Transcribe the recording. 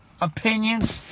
opinions